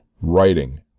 writing